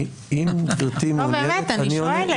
אם גברתי מעוניינת --- באמת, אני שואלת.